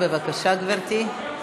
בבקשה, גברתי,